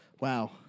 Wow